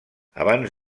abans